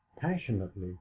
passionately